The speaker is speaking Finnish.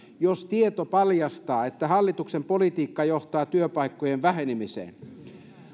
jos tieto paljastaa että hallituksen politiikka johtaa työpaikkojen vähenemiseen